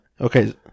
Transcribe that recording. Okay